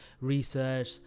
research